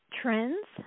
trends